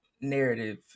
narrative